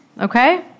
okay